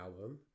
album